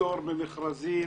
ופטור ממכרזים,